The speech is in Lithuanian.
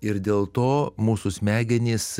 ir dėl to mūsų smegenys